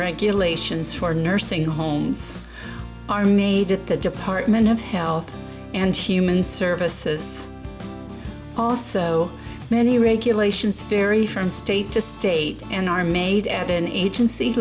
regulations for nursing homes are made at the department of health and human services also many regulations vary from state to state and are made at an agency